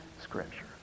Scripture